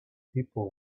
people